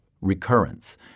recurrence